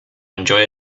enjoy